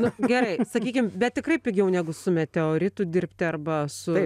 na gerai sakykim bet tikrai pigiau negu su meteoritu dirbti arba su